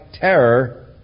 terror